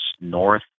north